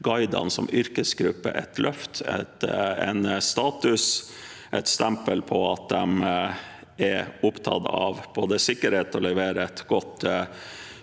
guidene som yrkesgruppe et løft, en status og et stempel på at de er opptatt både av sikkerhet og av å levere et godt